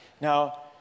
Now